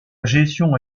gestion